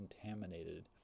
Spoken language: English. contaminated